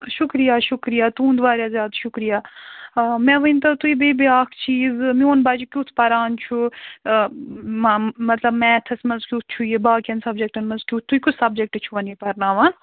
شُکریہ شُکریہ تُہُنٛد واریاہ زیادٕ شُکریہ مےٚ ؤنۍتَو تُہۍ بیٚیہِ بیٛاکھ چیٖز میٛون بَچہِ کٮُ۪تھ پَران چھُ مطلب میتھَس منٛز کٮُ۪تھ چھُ یہِ باقیَن سَبجَکٹَن منٛز کٮُ۪تھ تُہۍ کُس سَبجَکٹہٕ چھُہون یہِ پَرناوان